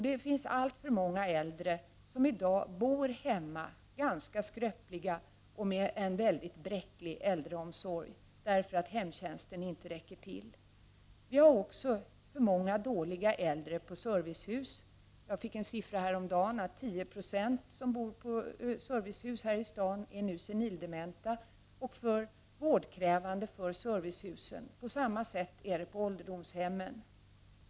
Det finns alltför många äldre skröpliga människor som i dag bor hemma och som har en mycket bräcklig äldreomsorg därför att hemtjänsten inte räcker till. Det finns också alltför många äldre människor som är för dåliga för att bo i servicehus, men som ändå gör det. Häromdagen fick jag en uppgift om att 10 20 av de människor som bor i servicehus här i stan är senildementa och för vårdkrävande för att bo i servicehus. På samma sätt förhåller det sig på ålderdomshemmen.